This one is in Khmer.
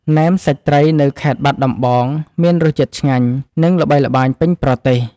ណែមសាច់ត្រីនៅខេត្តបាត់ដំបង មានរសជាតិឆ្ងាញ់ និងល្បីល្បាញពេញប្រទេស។